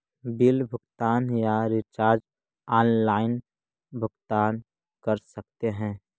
Bill भुगतान या recharge online भुगतान कर सकते हैं?